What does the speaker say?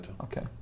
Okay